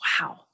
wow